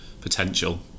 potential